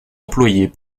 employés